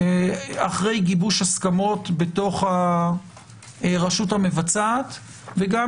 אחרי גיבוש הסכמות בתוך הרשות המבצעת וגם